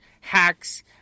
Hacks